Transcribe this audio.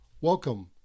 welcome